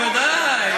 בוודאי.